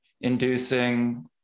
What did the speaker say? inducing